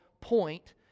point